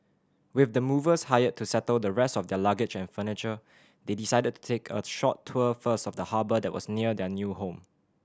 with the movers hired to settle the rest of their luggage and furniture they decided to take a short tour first of the harbour that was near their new home